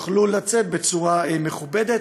יוכלו לצאת בצורה מכובדת.